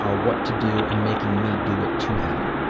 ah what to do and making me do it to them.